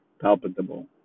Palpable